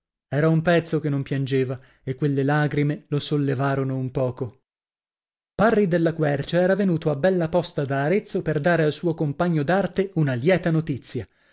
era un pezzo che non piangeva e quelle lagrime lo sollevarono un poco parri della quercia era venuto a bella posta da arezzo per dare al suo compagno d'arte una lieta notizia